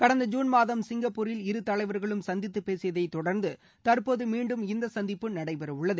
கடந்த ஜுன் மாதம் சிங்கப்பூரில் இரு தலைவர்களும் சந்தித்து பேசியதைத் தொடர்ந்து தற்போது மீண்டும் இந்த சந்திப்பு நடைபெறவுள்ளது